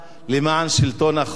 למען שלטון החוק בישראל.